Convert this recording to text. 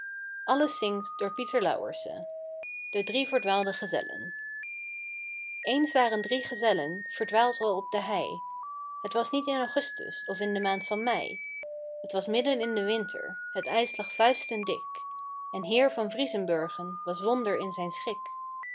de drie verdwaalde gezellen eens waren drie gezellen verdwaald al op de hei het was niet in augustus of in de maand van mei t was midden in den winter het ijs lag vuisten dik en heer van vriezenburgen was wonder in zijn schik